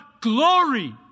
glory